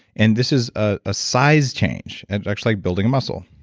and this is ah a size change and just like building a muscle.